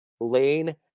Lane